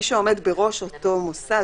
מי שעומד בראש אותו מוסד,